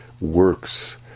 works